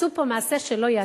עשו פה מעשה שלא ייעשה.